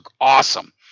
awesome